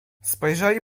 spojrzeli